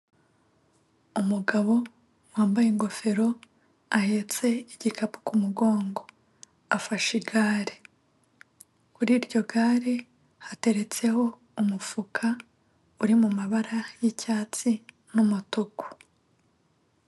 Umugabo wambaye ingofero ahetse igikapu ku mugongo afashe igare, kuri iryo gare hateretseho umufuka uri mu mabara y'icyatsi n'umutuku.